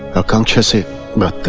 akansha ma,